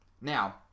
Now